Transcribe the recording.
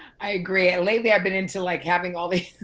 i agree. lately i've been into like having all these